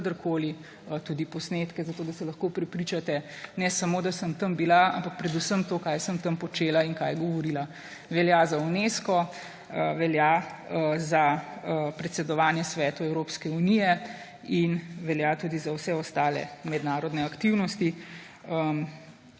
kadarkoli tudi posnetke, zato da se lahko prepričate, ne samo da sem tam bila, ampak predvsem to, kaj sem tam počela in kaj govorila. Velja za Unesco, velja za predsedovanje Svetu Evropske unije in velja tudi za vse ostale mednarodne aktivnosti.